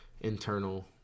internal